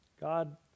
God